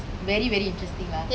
very very interesting lah